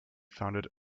founded